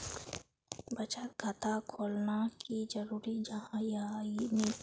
बचत खाता खोलना की जरूरी जाहा या नी?